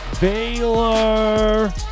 Baylor